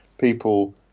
people